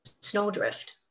snowdrift